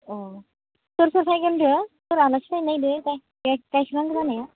अ अ सोर सोर फैगोन होनदों सोर आलासि फैनो नागिरदों गाइखेर नांगौ जानाया